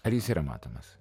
ar jis yra matomas